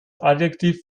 adjektiv